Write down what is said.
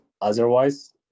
Otherwise